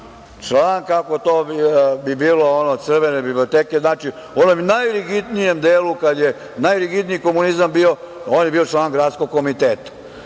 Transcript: član, kako bi to bilo, ono, crvene biblioteke, znači onom najrigidnijem delu, kada je najrigidniji komunizam bio, on je bio član gradskog komiteta. Dakle,